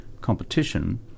competition